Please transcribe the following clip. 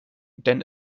denn